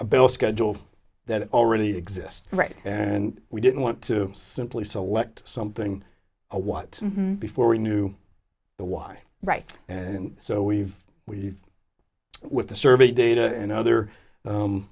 a bill schedule that already exist right and we didn't want to simply select something a what before we knew the why right and so we've we've with the survey data and other